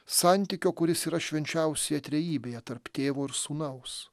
santykio kuris yra švenčiausioje trejybėje tarp tėvo ir sūnaus